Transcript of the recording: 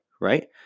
Right